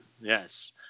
Yes